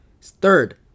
Third